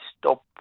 stop